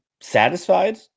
satisfied